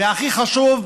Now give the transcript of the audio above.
והכי חשוב,